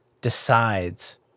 decides